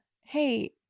Hey